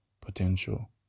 potential